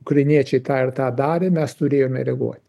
ukrainiečiai tą ir tą darė mes turėjome reaguot